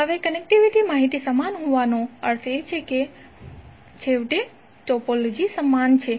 હવે કનેક્ટિવિટી માહિતી સમાન હોવાનો અર્થ એ છે કે ટોપોલોજી સમાન છે